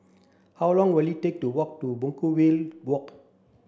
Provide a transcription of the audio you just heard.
how long will it take to walk to Brookvale Walk